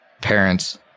parents